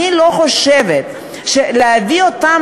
אני לא חושבת שהדרך הנכונה להביא אותן